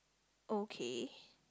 okay